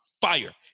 fire